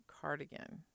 cardigan